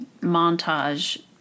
montage